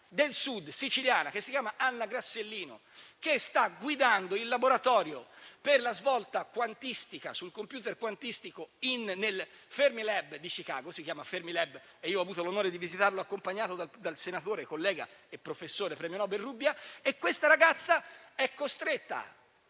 del Sud, siciliana, che si chiama Anna Grassellino, che sta guidando il laboratorio per la svolta quantistica sul computer quantistico nel Fermilab di Chicago. Si chiama Fermilab e io ho avuto l'onore di visitarlo accompagnato dal collega senatore, professore e premio Nobel Rubbia. Questa ragazza è costretta